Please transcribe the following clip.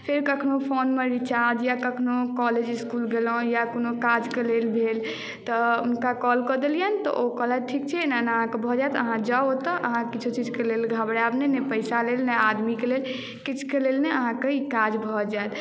फेर कखनो फोनमे रिचार्ज या कखनो कॉलेज इस्कुल गेलहुँ या कोनो काजके लेल भेल तऽ हुनका कॉल कऽ देलियैन तऽ ओ कहलथि ठीक छै एना एना अहाँके भऽ जायत अहाँ जाउ ओतय अहाँ किछुके लेल घबरायब नहि नहि पैसा लेल नहि आदमीके लेल किछुके लेल नहि अहाँके ई काज भऽ जायत